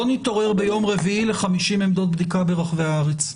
לא נתעורר ביום רביעי ל-50 עמדות בדיקה ברחבי הארץ.